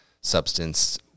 substance